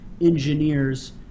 engineers